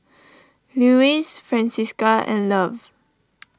Lewis Francisca and Love